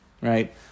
Right